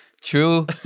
True